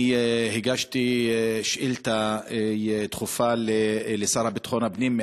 אני הגשתי שאילתה דחופה לשר לביטחון פנים.